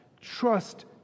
Trust